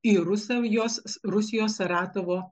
į rusijos rusijos saratovo